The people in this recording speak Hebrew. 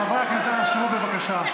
חברי הכנסת, אנא, שבו, בבקשה.